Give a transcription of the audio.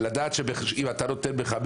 ולדעת שאם אתה נותן ב-5,